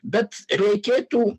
bet reikėtų